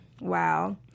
wow